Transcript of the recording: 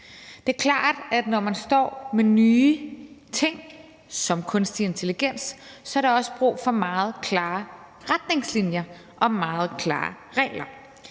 Det er klart, at når man står med nye ting som kunstig intelligens, er der også brug for meget klare retningslinjer og meget klare regler.